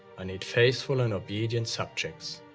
i need faithful and obedient subjects.